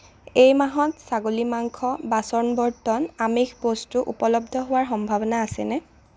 এই মাহত ছাগলী মাংস বাচন বৰ্তন আমিষ বস্তু উপলব্ধ হোৱাৰ কোনো সম্ভাৱনা আছেনে